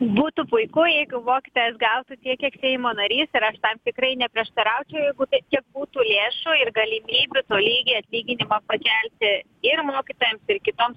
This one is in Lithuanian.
būtų puiku jeigu mokytojas gautų tiek kiek seimo narys ir aš tai tikrai neprieštaraučiau jeigu čia būtų lėšų ir galimybių tolygiai atlyginimą pakelti ir mokytojams ir kitoms